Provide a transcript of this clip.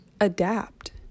adapt